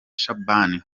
shaban